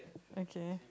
okay